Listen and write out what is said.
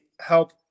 help